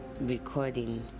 recording